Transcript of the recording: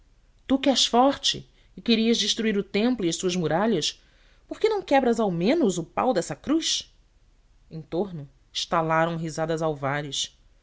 tu que és forte e querias destruir o templo e as suas muralhas por que não quebras ao menos o pau dessa cruz em torno estalaram risadas alvares